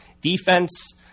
Defense